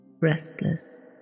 restless